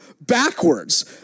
backwards